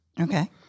Okay